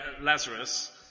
Lazarus